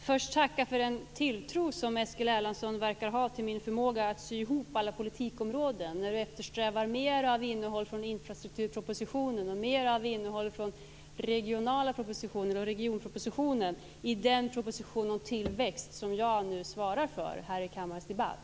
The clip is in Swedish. först tacka för den tilltro som Eskil Erlandsson verkar ha till min förmåga att sy ihop alla politikområden. Han eftersträvar mera av innehåll från infrastrukturpropositionen och mera av innehåll från regionala propositioner och regionpropositionen i den proposition om tillväxt som jag nu svarar för här i kammarens debatt.